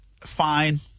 Fine